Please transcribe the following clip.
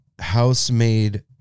house-made